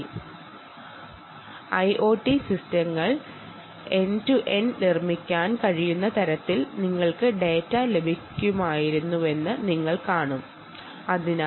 end to end IOT സിസ്റ്റങ്ങൾ നിർമ്മിക്കാൻ കഴിയുന്ന തരത്തിലുള്ള ഡാറ്റ ലഭിക്കുമെന്ന് നിങ്ങൾക്ക് കാണാൻ കഴിയും